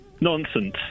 Nonsense